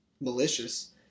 malicious